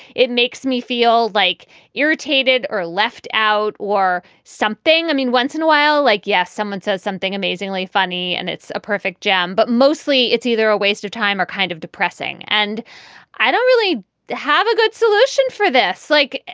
it makes me feel like irritated or left out or something. i mean, once in a while, like, yes, someone says something amazingly funny and it's a perfect gem, but mostly it's either a waste of time or kind of depressing. and i don't really have a good solution for this like,